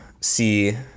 see